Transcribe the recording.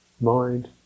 Mind